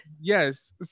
Yes